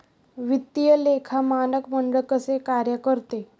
वित्तीय लेखा मानक मंडळ कसे कार्य करते?